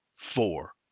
four.